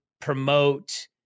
promote